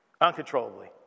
uncontrollably